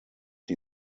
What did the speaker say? die